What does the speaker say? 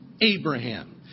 Abraham